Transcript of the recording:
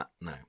No